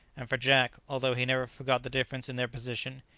and for jack, although he never forgot the difference in their position,